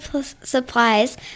supplies